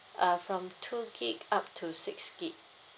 uh from two gig up to six gig